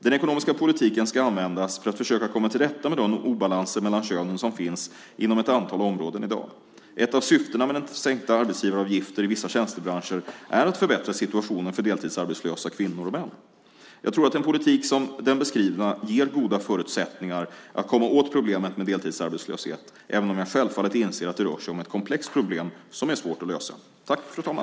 Den ekonomiska politiken ska användas för att försöka komma till rätta med de obalanser mellan könen som finns inom ett antal områden i dag. Ett av syftena med sänkta arbetsgivaravgifter i vissa tjänstebranscher är att förbättra situationen för deltidsarbetslösa kvinnor och män. Jag tror att en politik som den beskrivna ger goda förutsättningar att komma åt problemet med deltidsarbetslöshet, även om jag självfallet inser att det rör sig om ett komplext problem som är svårt att lösa.